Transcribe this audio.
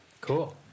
Cool